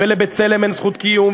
ול"בצלם" אין זכות קיום.